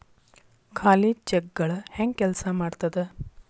ಖಾಲಿ ಚೆಕ್ಗಳ ಹೆಂಗ ಕೆಲ್ಸಾ ಮಾಡತದ?